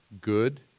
good